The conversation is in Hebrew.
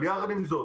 אבל יחד עם זאת,